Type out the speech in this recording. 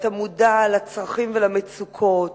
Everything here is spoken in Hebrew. ואתה מודע לצרכים ולמצוקות,